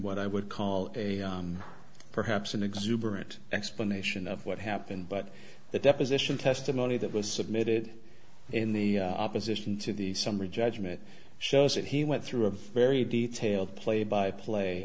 what i would call a perhaps an exuberant explanation of what happened but the deposition testimony that was submitted in the opposition to the summary judgment shows that he went through a very detailed play by play